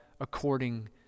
according